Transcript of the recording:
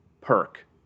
perk